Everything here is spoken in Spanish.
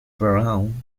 brown